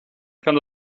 kann